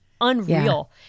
unreal